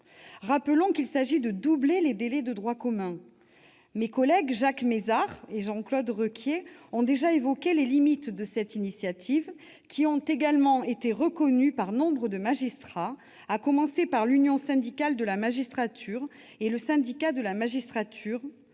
Rappelons qu'il s'agit de doubler les délais de droit commun. Mes collègues Jacques Mézard et Jean-Claude Requier ont déjà évoqué les limites de cette initiative, également reconnues par nombre de magistrats, à commencer par les membres de l'Union syndicale de la magistrature et du Syndicat de la magistrature